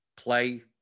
play